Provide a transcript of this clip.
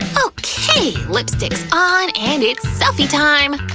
okay, lipstick's on, and it's selfie time!